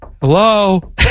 Hello